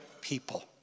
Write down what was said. people